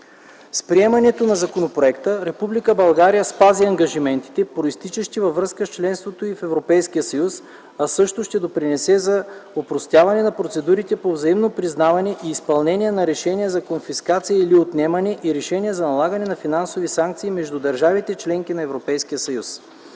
С приемането на законопроекта Република България спази ангажиментите, произтичащи във връзка с членството й в Европейския съюз, а също ще допринесе за опростяване на процедурите по взаимно признаване и изпълнение на решения за конфискация или отнемане и решения за налагане на финансови санкции между държавите – членки на